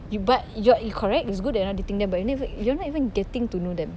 you but you're you correct is good that you're not dating them but you never you're not even getting to know them